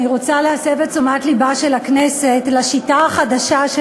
אני רוצה להסב את תשומת לבה של הכנסת לשיטה החדשה של